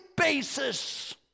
basis